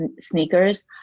sneakers